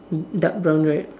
E dark brown right